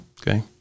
Okay